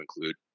include